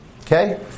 Okay